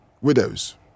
Widows